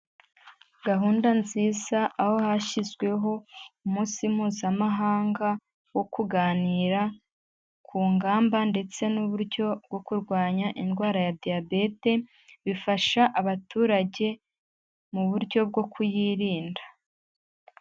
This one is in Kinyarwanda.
Gahunda nziza aho hashyizweho umunsi Mpuzamahanga wo kuganira ku ngamba ndetse n'uburyo bwo kurwanya indwara ya Diyabete, bifasha abaturage mu buryo bwo kuyirinda.